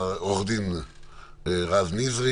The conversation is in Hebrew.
עורך הדין רז נזרי